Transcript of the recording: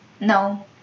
No